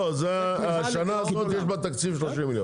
לא, השנה הזאת יש 30 מיליון.